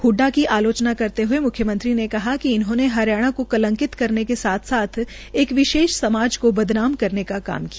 हडा की आलोचना करते हये मुख्यमंत्री ने कहा कि उन्होंने हरियाणा को कलंकित करने के साथ साथ एक विशेष समाज को बदनाम करने का काम किया